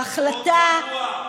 חוק גרוע.